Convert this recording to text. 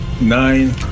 nine